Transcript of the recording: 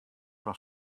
fan